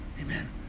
Amen